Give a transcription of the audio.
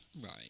Right